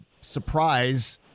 surprise